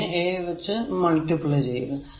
പിന്നെ a R a വച്ച് multiply ചെയ്യക